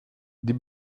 die